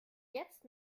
jetzt